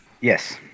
Yes